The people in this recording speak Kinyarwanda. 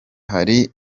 hari